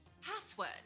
password